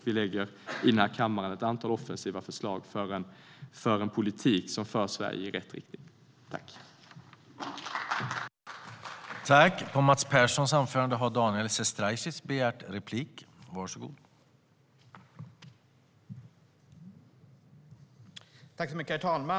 Vi lägger i den här kammaren fram ett antal offensiva förslag för en politik som för Sverige i rätt riktning.